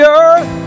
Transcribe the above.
earth